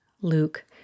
Luke